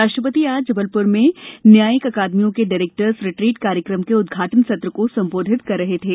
राष्ट्रपति आज जबलप्र में न्यायिक अकादमियों के डायरेक्टर्स रिट्रीट कार्यक्रम के उद्घाटन सत्र को संबोधित कर रहे थे